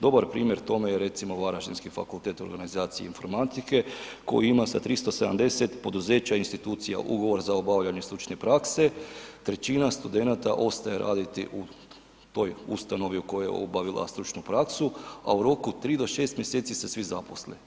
Dobar primjer tome je recimo varaždinski Fakultet organizacije i informatike koji ima sa 370 poduzeća i institucija ugovor za obavljanje stručne prakse, 1/3 studenata ostaje raditi u toj ustanovi u kojoj je obavila stručnu praksu a u roku od 3 do 6 mj. se svi zaposle.